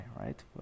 right